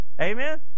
amen